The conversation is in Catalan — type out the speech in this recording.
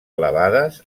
elevades